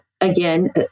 again